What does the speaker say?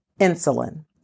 insulin